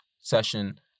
session